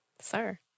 Sir